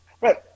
Right